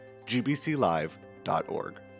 gbclive.org